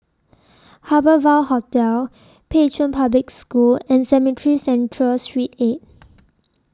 Harbour Ville Hotel Pei Chun Public School and Cemetry Central Sreet eight